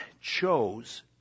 chose